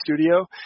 studio